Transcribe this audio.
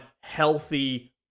healthy